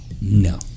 No